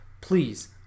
please